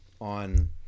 on